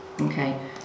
Okay